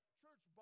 church